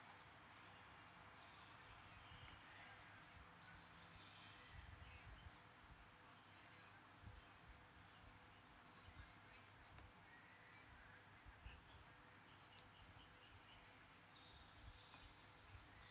uh